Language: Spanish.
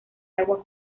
agua